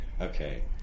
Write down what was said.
Okay